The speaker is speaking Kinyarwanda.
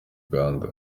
uganda